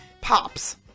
pops